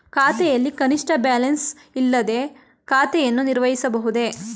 ಖಾತೆಯಲ್ಲಿ ಕನಿಷ್ಠ ಬ್ಯಾಲೆನ್ಸ್ ಇಲ್ಲದೆ ಖಾತೆಯನ್ನು ನಿರ್ವಹಿಸಬಹುದೇ?